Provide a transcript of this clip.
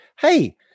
hey